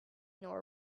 nor